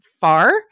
far